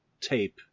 tape